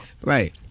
Right